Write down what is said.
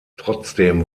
trotzdem